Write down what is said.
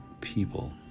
people